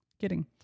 Kidding